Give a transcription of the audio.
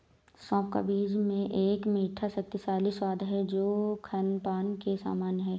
सौंफ का बीज में एक मीठा, शक्तिशाली स्वाद है जो नद्यपान के समान है